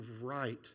right